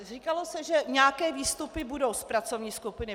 Říkalo se, že nějaké výstupy budou z pracovní skupiny.